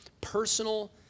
personal